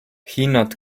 hinnad